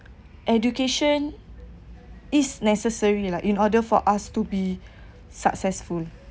education is necessary in like in order for us to be successful